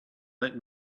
let